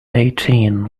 eighteen